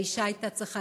האישה הייתה צריכה